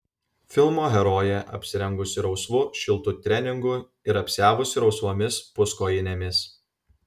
filmo herojė apsirengusi rausvu šiltu treningu ir apsiavusi rausvomis puskojinėmis